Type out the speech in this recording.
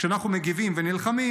כשאנחנו מגיבים ונלחמים,